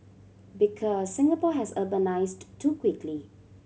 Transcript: because Singapore has urbanised too quickly